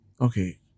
Okay